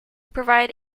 provide